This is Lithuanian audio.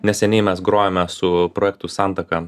neseniai mes grojome su projektu santaka